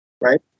right